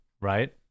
right